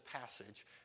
passage